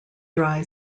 dry